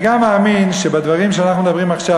אני גם מאמין שהדברים שאנחנו מדברים עכשיו,